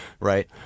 Right